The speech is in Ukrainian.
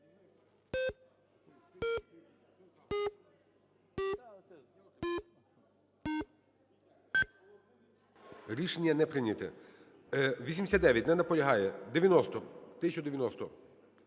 Рішення не прийнято. 89. Не наполягає. 90, 1090.